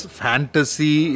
fantasy